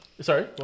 Sorry